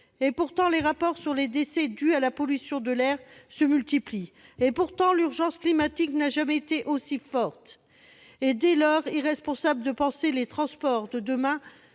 ? Pourtant, les rapports sur les décès dus à la pollution de l'air se multiplient. Pourtant, l'urgence climatique n'a jamais été aussi forte. Il est dès lors irresponsable de penser les transports de demain